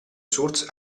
source